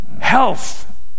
Health